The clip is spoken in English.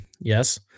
Yes